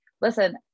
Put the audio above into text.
listen